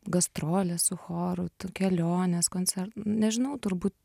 gastroles su choru kelionės koncer nežinau turbū